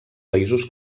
països